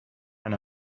and